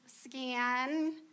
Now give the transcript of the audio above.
scan